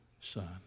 son